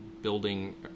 building